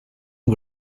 and